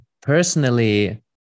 Personally